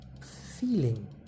feeling